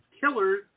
killers